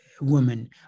women